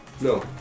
No